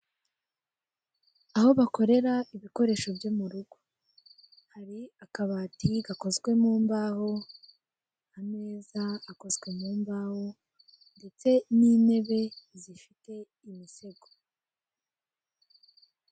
Aho bakorera ibikoresho byo mu rugo hari akabati gakozwe mu mbaho, ameza akozwe mu mbaho ndetse n'intebe zifite imisego.